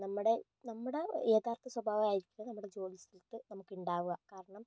നമ്മുടെ നമ്മുടെ യഥാർത്ഥ സ്വഭാവം ആയിരിക്കില്ല നമ്മുടെ ജോലി സ്ഥലത്ത് നമുക്കുണ്ടാവുക കാരണം